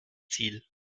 ziel